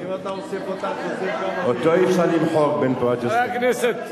אותו אי-אפשר למחוק, בן פורת יוסף.